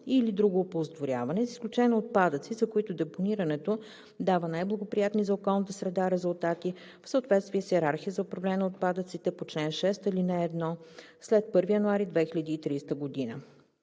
или друго оползотворяване, с изключение на отпадъци, за които депонирането дава най-благоприятни за околната среда резултати в съответствие с йерархия за управление на отпадъците по чл. 6, ал. 1, след 1 януари 2030 г.;